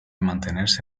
mantenerse